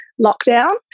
lockdown